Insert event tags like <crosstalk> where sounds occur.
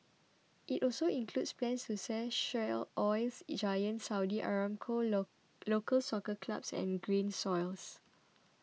it also includes plans to sell shares oils giant Saudi Aramco <unintelligible> local soccer clubs and Grain Silos